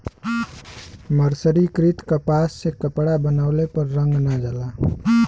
मर्सरीकृत कपास से कपड़ा बनवले पर रंग ना जाला